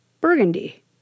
burgundy